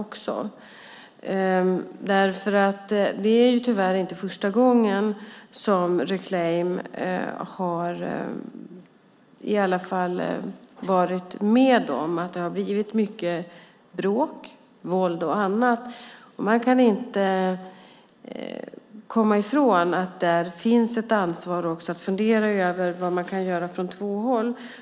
Tyvärr är det inte första gången som Reclaim varit med när det blivit mycket bråk, våld och annat. Man kan inte komma ifrån att också där finns ett ansvar. Man måste fundera över vad som kan göras från båda hållen.